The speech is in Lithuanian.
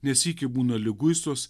ne sykį būna liguistos